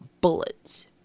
bullets